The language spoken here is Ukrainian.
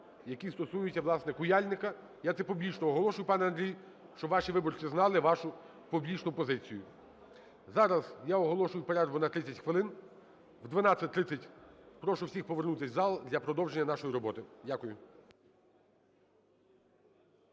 який стосується, власне, "Куяльника"". Я це публічно оголошую, пане Андрій, щоб ваші виборці знали вашу публічну позицію. Зараз я оголошую перерву на 30 хвилин. О 12:30 прошу всіх повернутися в зал для продовження нашої роботи. Дякую.